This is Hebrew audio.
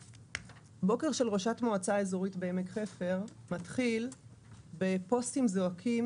בוקר של ראשת מועצה אזורית בעמק חפר מתחיל בפוסטים זועקים